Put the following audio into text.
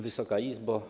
Wysoka Izbo!